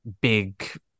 big